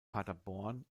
paderborn